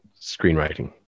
screenwriting